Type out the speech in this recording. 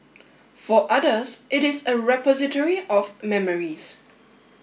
for others it is a repository of memories